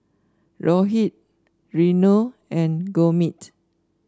Rohit Renu and Gurmeet